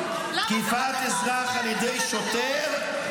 למה צריך לתת לו עוד זמן, לתומך הטרור הזה?